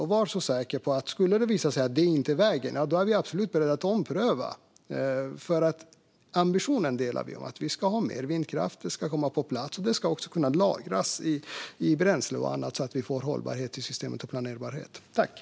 Om det skulle visa sig att detta inte är rätt väg är vi absolut beredda att ompröva vårt beslut. Vi delar nämligen ambitionen att det ska finnas mer vindkraft och att den ska komma på plats. Den ska dessutom kunna lagras som bränsle och annat så att vi får en hållbarhet och planerbarhet i systemet.